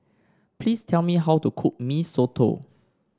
please tell me how to cook Mee Soto